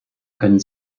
können